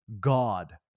God